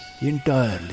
Entirely